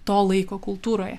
to laiko kultūroje